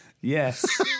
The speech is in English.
Yes